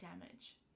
damage